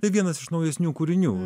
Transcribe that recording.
tai vienas iš naujesnių kūrinių